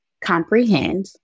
comprehend